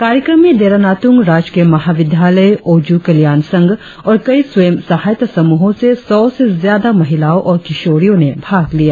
कार्यक्रम में देरा नात्रंग राजनीय महाविद्यालय ओजू कल्याण संघ और कई स्वयं सहायता समूहों से सौ से ज्यादा महिलाओं और किशोरियों ने भाग लिया